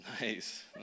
Nice